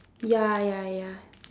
ya ya ya